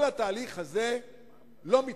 כל התהליך הזה לא מתנהל.